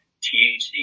THC